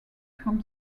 from